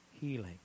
Healing